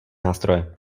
nástroje